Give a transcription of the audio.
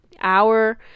hour